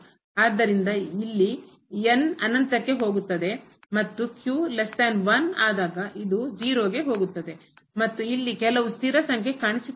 ಆದ್ದರಿಂದ ಇಲ್ಲಿ ಅನಂತಕ್ಕೆ ಹೋಗುತ್ತದೆ ಮತ್ತು ಆದಾಗ ಇದು 0 ಗೆ ಹೋಗುತ್ತದೆ ಮತ್ತು ಇಲ್ಲಿ ಕೆಲವು ಸ್ಥಿರ ಸಂಖ್ಯೆ ಕಾಣಿಸಿಕೊಳ್ಳುತ್ತಿದೆ